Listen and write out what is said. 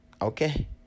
Okay